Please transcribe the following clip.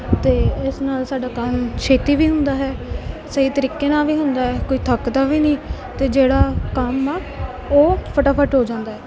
ਅਤੇ ਇਸ ਨਾਲ ਸਾਡਾ ਕੰਮ ਛੇਤੀ ਵੀ ਹੁੰਦਾ ਹੈ ਸਹੀ ਤਰੀਕੇ ਨਾਲ ਵੀ ਹੁੰਦਾ ਕੋਈ ਥੱਕਦਾ ਵੀ ਨਹੀਂ ਅਤੇ ਜਿਹੜਾ ਕੰਮ ਆ ਉਹ ਫਟਾਫਟ ਹੋ ਜਾਂਦਾ